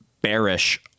bearish